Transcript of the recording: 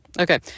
Okay